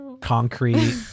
concrete